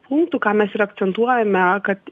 punktų ką mes ir akcentuojame kad